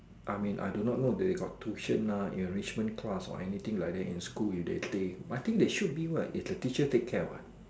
I mean I do not know if they got tuition lah enrichment class or anything like that in school if they play but I think should be right is teacher take care what